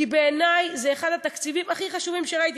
כי בעיני זה אחד התקציבים הכי חשובים שראיתי.